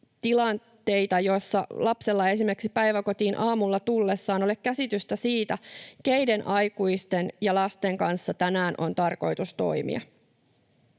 tilanteita, joissa lapsella ei esimerkiksi päiväkotiin aamulla tullessaan ole käsitystä siitä, keiden aikuisten ja lasten kanssa tänään on tarkoitus toimia.